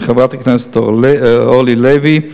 של חברת הכנסת אורלי לוי,